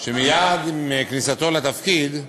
מייד עם כניסתו לתפקיד.